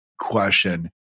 question